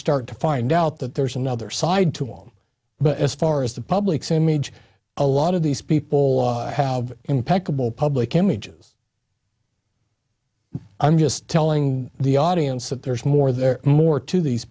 start to find out that there's another side to one but as far as the public's image a lot of these people have impeccable public images i'm just telling the audience that there is more there more to these